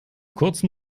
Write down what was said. kurzen